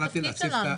זה התפקיד שלנו.